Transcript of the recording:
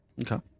Okay